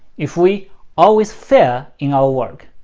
if we always fail in our work,